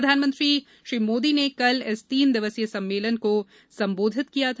प्रधानमंत्री मोदी ने कल इस तीन दिवसीय सम्मेलन को संबोधित किया था